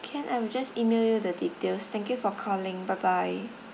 can I will just email you the details thank you for calling bye bye